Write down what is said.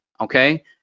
okay